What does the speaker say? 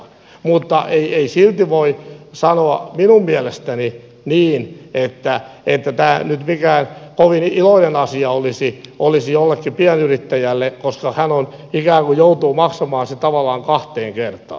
mutta ei silti voi sanoa minun mielestäni niin että tämä nyt mikään kovin iloinen asia olisi jollekin pienyrittäjälle koska hän ikään kuin joutuu maksamaan sen tavallaan kahteen kertaan